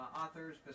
authors